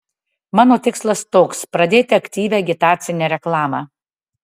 mano tikslas toks pradėti aktyvią agitacinę reklamą